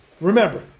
remember